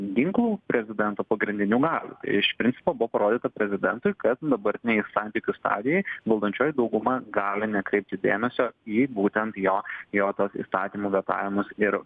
ginklų prezidento pagrindinių galių iš principo buvo parodyta prezidentui kad dabartinėj santykių stadijoj valdančioji dauguma gali nekreipti dėmesio į būtent jo jo tuos įstatymų vetavimus ir